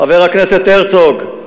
חבר הכנסת הרצוג,